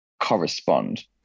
correspond